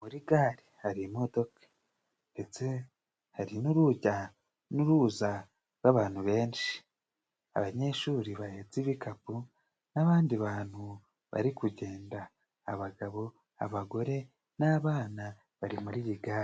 Muri gare hari imodoka ndetse hari n'urujya n'uruza rw'abantu benshi abanyeshuri bahetse ibikapu, n'abandi bantu bari kugenda abagabo, abagore, n'abana bari muri iyi gare.